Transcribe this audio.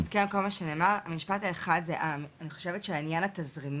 זה המקום שידעתי שהיא תהיה